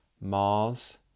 Mars